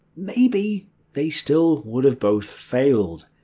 maybe they still would have both failed.